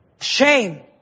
Shame